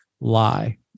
lie